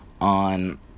on